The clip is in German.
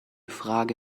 frage